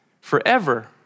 forever